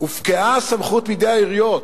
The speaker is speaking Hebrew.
הופקעה הסמכות מידי העיריות.